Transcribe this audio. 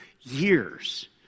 years